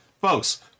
folks